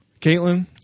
caitlin